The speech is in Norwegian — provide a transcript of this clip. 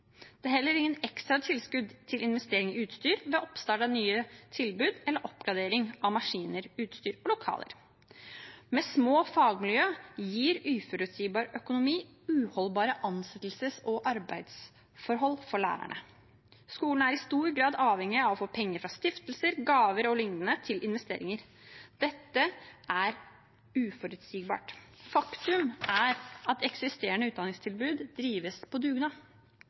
Det er heller ingen ekstra tilskudd til investering i utstyr ved oppstart av nye tilbud eller oppgradering av maskiner, utstyr og lokaler. Med små fagmiljø gir uforutsigbar økonomi uholdbare ansettelses- og arbeidsforhold for lærerne. Skolene er i stor grad avhengige av å få penger fra stiftelser, gaver og lignende til investeringer. Dette er uforutsigbart. Faktum er at eksisterende utdanningstilbud drives på dugnad.